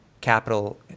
capital